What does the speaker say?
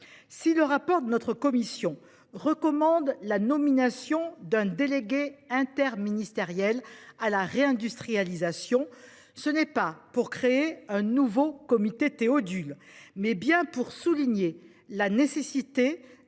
Si le rapport de notre commission recommande la nomination d’un délégué interministériel à la réindustrialisation, c’est non pas pour créer un nouveau comité Théodule, mais bien pour souligner la nécessité